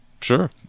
Sure